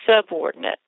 subordinate